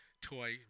toy